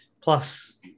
plus